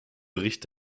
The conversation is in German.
bericht